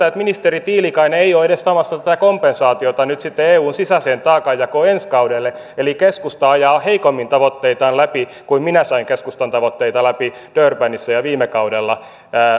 että ministeri tiilikainen ei ole edes saamassa tätä kompensaatiota nyt sitten eun sisäiseen taakanjakoon ensi kaudelle eli keskusta ajaa heikommin tavoitteitaan läpi kuin minä sain keskustan tavoitteita läpi durbanissa ja ja viime kaudella